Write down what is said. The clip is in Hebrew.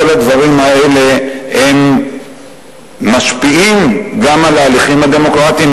כל הדברים האלה משפיעים גם על ההליכים הדמוקרטיים,